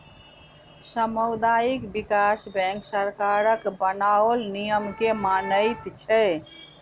सामुदायिक विकास बैंक सरकारक बनाओल नियम के मानैत छै